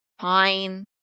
fine